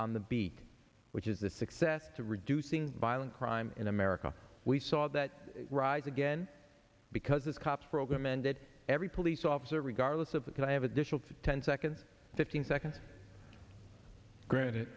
on the beat which is a success to reducing violent crime in america we saw that rise again because this cops program ended every police officer regardless of that could have additional to ten seconds fifteen seconds granted